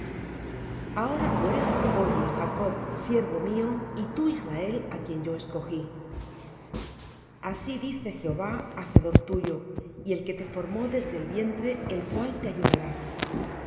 ahora pues oye jacob siervo mío y tú israel á quien yo escogí así dice jehová hacedor tuyo y el que te formó desde el vientre el cual te ayudará no